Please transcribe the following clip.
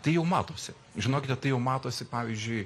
tai jau matosi žinokite tai jau matosi pavyzdžiui